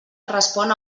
respon